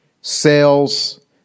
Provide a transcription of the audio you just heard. sales